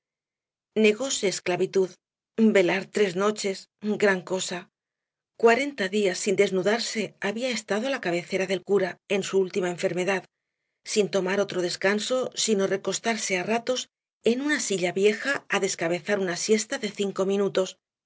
negóse esclavitud velar tres noches gran cosa cuarenta días sin desnudarse había pasado á la cabecera del cura en su última enfermedad sin tomar otro descanso sino recostarse á ratos en una silla vieja á descabezar una siesta de cinco minutos